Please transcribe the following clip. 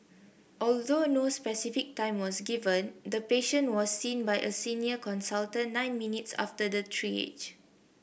although no specific time was given the patient was seen by a senior consultant nine minutes after the triage